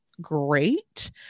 great